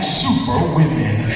superwomen